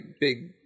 big